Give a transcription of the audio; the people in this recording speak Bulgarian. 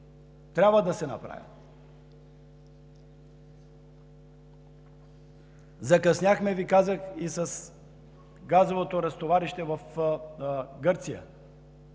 трябва да се направят. Закъсняхме, Ви казах, и с газовото разтоварище в Гърция.